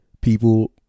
people